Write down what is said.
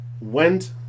went